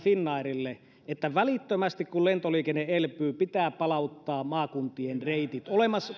finnairille välittömästi kun lentoliikenne elpyy pitää palauttaa maakuntien reitit